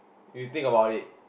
you think about it